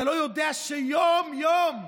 אתה לא יודע שיום-יום בלוד,